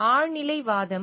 ஆழ்நிலைவாதம்